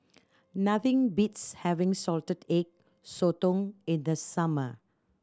nothing beats having Salted Egg Sotong in the summer